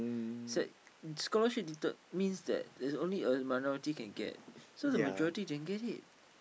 it's like scholarship determines that there's only a minority can get so the majority didn't get it